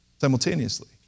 simultaneously